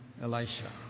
Elisha